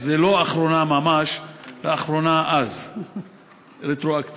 אז זה לא אחרונה ממש, לאחרונה אז, רטרואקטיבי.